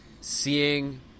seeing